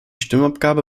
stimmabgabe